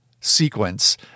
sequence